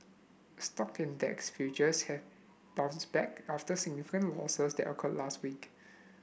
stock index futures have bounce back after significant losses that occurred last week